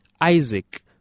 Isaac